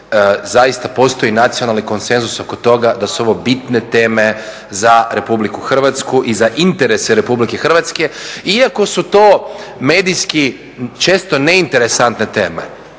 zaista postoji nacionalni konsenzus oko toga da su ovo bitne teme za Republiku Hrvatsku i za interese Republike Hrvatske, iako su to medijski često neinteresantne teme.